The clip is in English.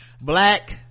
Black